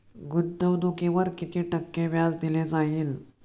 गुंतवणुकीवर किती टक्के व्याज दिले जाईल?